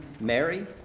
Mary